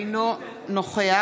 אינו נוכח